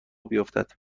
بیفتد